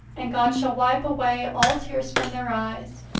and god shall wipe away all tears from their eyes,